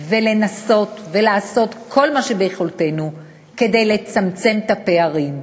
ולנסות ולעשות כל מה שביכולתנו כדי לצמצם את הפערים.